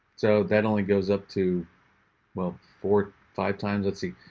so that only goes up to well, four five times, let's see.